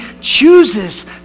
chooses